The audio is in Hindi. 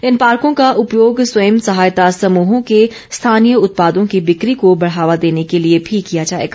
इन पार्को का उपयोग स्वयं सहायता समूहों के स्थानीय उत्पादों की बिक्री को बढ़ावा देने के लिए भी किया जाएगा